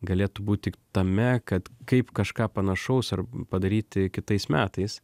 galėtų būt tik tame kad kaip kažką panašaus ar padaryti kitais metais